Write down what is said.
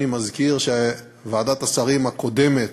אני מזכיר שוועדת השרים הקודמת,